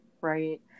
right